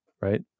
right